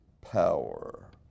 power